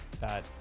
that-